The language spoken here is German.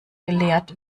gelehrt